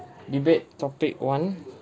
debate topic one